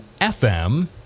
FM